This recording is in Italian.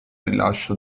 rilascio